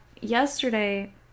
Yesterday